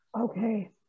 okay